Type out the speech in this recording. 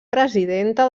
presidenta